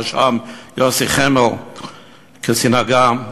שבראשם יוסי חמו קצין אג"ם,